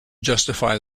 justify